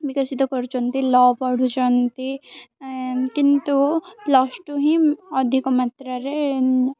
ବିକଶିତ କରୁଛନ୍ତି ଲ ପଢ଼ୁଛନ୍ତି କିନ୍ତୁ ପ୍ଲସ୍ ଟୁ ହିଁ ଅଧିକ ମାତ୍ରାରେ